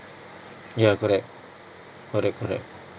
ya correct correct correct